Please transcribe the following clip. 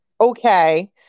okay